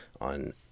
on